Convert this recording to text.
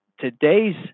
today's